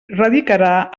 radicarà